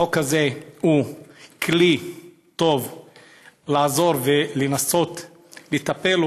החוק הזה הוא כלי טוב לעזור ולנסות לטפל,